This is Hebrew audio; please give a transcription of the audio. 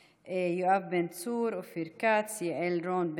2470, 2473, 2483, 2491,